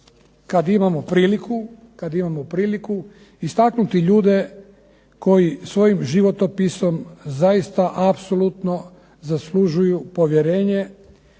kad imamo priliku, istaknuti ljude koji svojim životopisom zaista apsolutno zaslužuju povjerenje